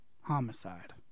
homicide